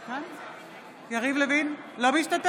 נגד נעמה לזימי, בעד יעקב ליצמן, נגד גבי לסקי,